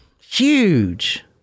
Huge